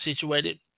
situated